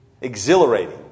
exhilarating